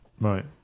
Right